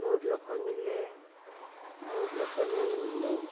बहुत लोककेँ मिललै बहुत लोककेँ नहि मिललै